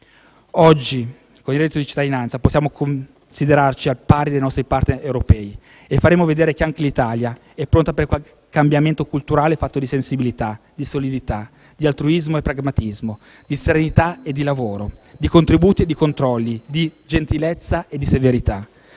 Oggi con il reddito di cittadinanza possiamo considerarci al pari dei nostri *partner* europei e faremo vedere che anche l'Italia è pronta per un cambiamento culturale fatto di sensibilità, di solidità di altruismo e pragmatismo, di serenità e di lavoro, di contributi, di controlli, di gentilezza e severità,